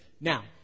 Now